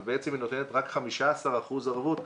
אבל בעצם היא נותנת רק 15% ערבות,